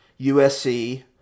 USC